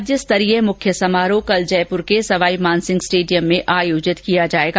राज्यस्तरीय मुख्य समारोह कल जयप्र के सवाईमानसिंह स्टेडियम में आयोजित किया जाएगा